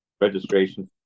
registration